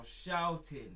shouting